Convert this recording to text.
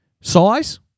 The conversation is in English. Size